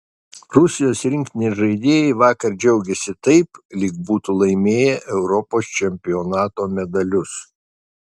rusijos rinktinės žaidėjai vakar džiaugėsi taip lyg būtų laimėję europos čempionato medalius